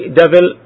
devil